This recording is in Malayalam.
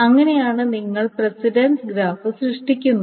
അങ്ങനെയാണ് നിങ്ങൾ പ്രസിഡൻസ് ഗ്രാഫ് സൃഷ്ടിക്കുന്നത്